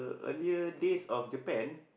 earlier days of Japan